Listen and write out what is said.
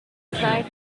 het